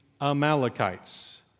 Amalekites